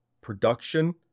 production